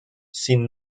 sin